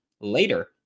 later